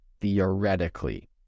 theoretically